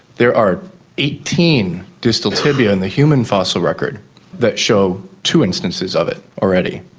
there are eighteen distal tibia in the human fossil record that show two instances of it already.